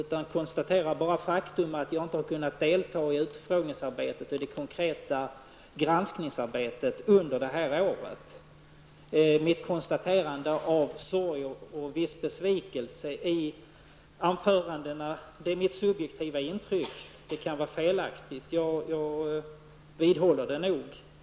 Jag konstaterar bara att jag inte har kunnat delta i utfrågningarna och det konkreta granskningsarbetet under detta år. Mitt konstaterande av sorg och viss besvikelse i anförandena är mitt subjektiva intryck. Det kan vara felaktigt, men jag vidhåller det nog.